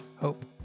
hope